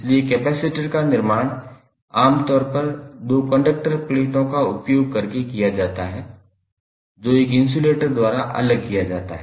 इसलिए कपैसिटर का निर्माण आमतौर पर दो कंडक्टर प्लेटों का उपयोग करके किया जाता है जो एक इन्सुलेटर द्वारा अलग किया जाता है